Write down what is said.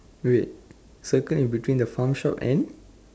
wait circle in between the farm shop and